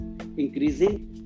increasing